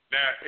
Now